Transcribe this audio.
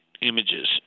images